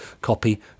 copy